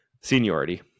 Seniority